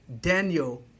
Daniel